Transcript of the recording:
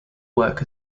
work